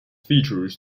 features